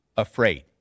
afraid